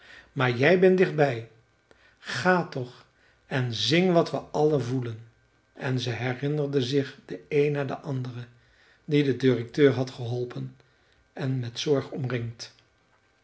maar jij ben dicht bij ga toch en zing wat we allen voelen en ze herinnerde zich den een na den anderen die de directeur had geholpen en met zorg omringd